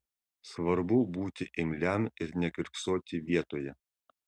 svarbu būti imliam ir nekiurksoti vietoje